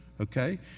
Okay